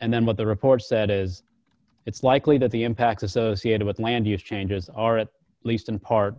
and then what the report said is it's likely that the impacts associated with land use changes are at least in part